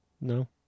No